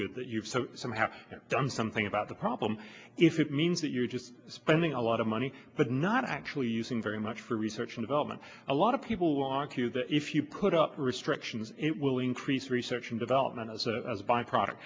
good that you've so some have done something about the problem if it means that you're just spending a lot of money but not actually using very much for research and development a lot of people will argue that if you put up restrictions it will increase research and development as a byproduct